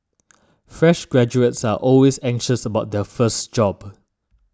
fresh graduates are always anxious about their first job